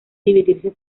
dividirse